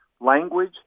language